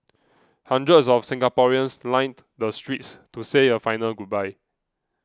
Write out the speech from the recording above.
hundreds of Singaporeans lined the streets to say a final goodbye